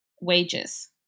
wages